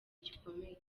gikomeye